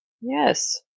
Yes